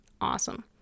awesome